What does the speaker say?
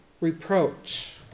reproach